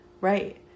right